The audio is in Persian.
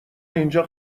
اینجا